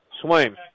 Swain